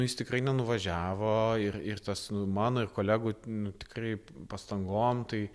jis tikrai nenuvažiavo ir ir tas nu mano kolegų nu tikrai pastangom tai